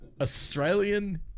australian